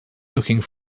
looking